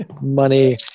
money